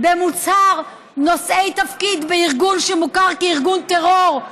במוצהר נושאי תפקיד בארגון שמוכר כארגון טרור,